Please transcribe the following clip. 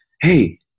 hey